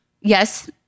yes